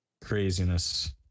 Craziness